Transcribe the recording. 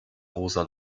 rosa